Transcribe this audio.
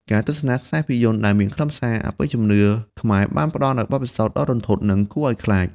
ការទស្សនាខ្សែភាពយន្តដែលមានខ្លឹមសារអបិយជំនឿខ្មែរបានផ្តល់នូវបទពិសោធន៍ដ៏រន្ធត់និងគួរឲ្យខ្លាច។